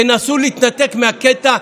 תנסו להתנתק מהקטע.